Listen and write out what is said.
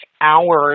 hours